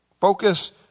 Focus